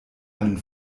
einen